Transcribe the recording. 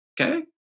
Okay